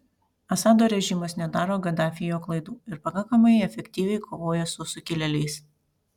assado režimas nedaro gaddafio klaidų ir pakankamai efektyviai kovoja su sukilėliais